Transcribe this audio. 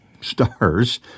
stars